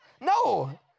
No